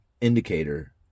indicator